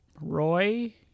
Roy